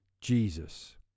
Jesus